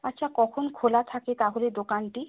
আচ্ছা কখন খোলা থাকে তাহলে দোকানটি